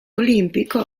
olimpico